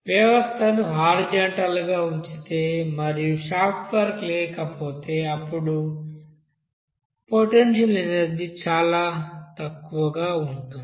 వ్యవస్థను హారిజాంటల్ గా ఉంచితే మరియు షాఫ్ట్ వర్క్ లేకపోతే అప్పుడు పొటెన్షియల్ ఎనర్జీ చాలా తక్కువగా ఉంటుంది